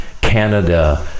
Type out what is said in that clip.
Canada